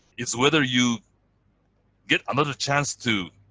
is whether you get another chance to